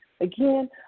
Again